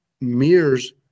mirrors